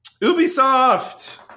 Ubisoft